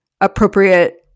appropriate